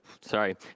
sorry